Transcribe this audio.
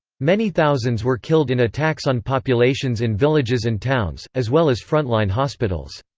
many thousands were killed in attacks on populations in villages and towns, as well as front-line hospitals.